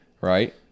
right